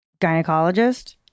gynecologist